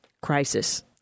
crisis